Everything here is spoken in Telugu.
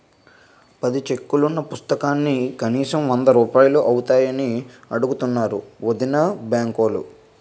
పది చెక్కులున్న పుస్తకానికి కనీసం వందరూపాయలు అవుతాయని అడుగుతున్నారు వొదినా బాంకులో